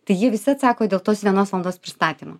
tai jie visi atsako dėl tos vienos valandos pristatymo